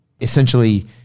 essentially